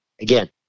again